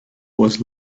was